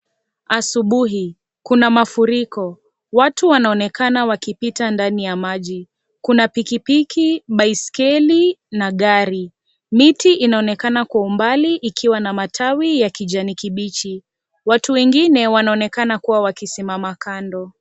Asubuhi kuna mafuriko. Watu wanaonekana wakipita ndani ya maji. Kuna pikipiki, baiskeli na gari. Miti inaonekana kwa umbali ikiwa na matawi ya kijani kibichi .Watu wengine wanaonekana kuwa wamesimama kando